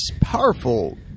powerful